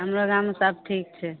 हमरो गाममे सब ठीक छै